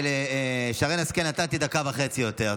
יותר ולשרן השכל נתתי דקה וחצי יותר.